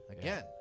Again